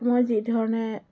মই যি ধৰণে